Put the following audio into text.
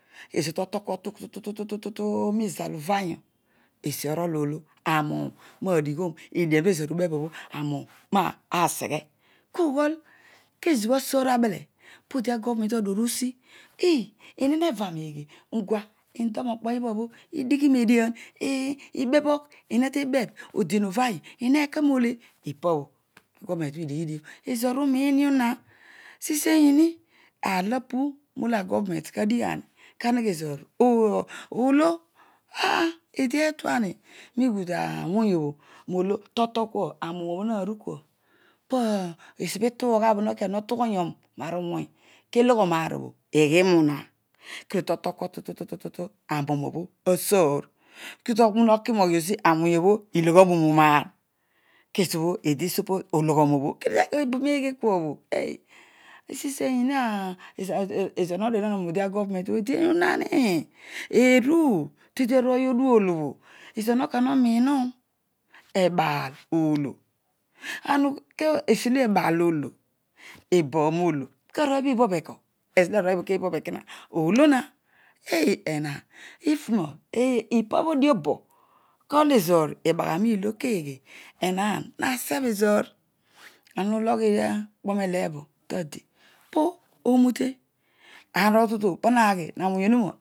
Ezo totokua tututu tutu roizalu uvanyu edian ob ezan ubebh obho aro okuri maseghe, kugherol kezobho asoor abele podi agoveren todho odual oriosi eeh eey neva neghe, ugua ndor nokpo ibhabho idighi nedia ibebobh eena tebebh odim uvanyu pena neke nole ipa bho agometobo idighidio ezoor uoimdio na siseini an olo apu molo asouaneut kadighi kalogho zezar olo eedi eruan esiobho itugha bho nokigh otughu yoro eruwow kelo ghon aar obho eghirpuna kedio totokua tutu arouun obha azoor kedio to aki ro ona osi awony obho iloghonomu raar kezobho eedi ighion ologha obho kebuneghe kuabho isiseini eedi eeiwi awo todi arooy odual obho eezoor nokagh no pinona edaar olo esiolo ebaal olo edoon olo karooy obho ibogh eko? Ezolo arooy obho kebhobh olo, an a wogh ekpuro elebo tade po orute narotutu pal oghi navony onuna